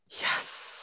Yes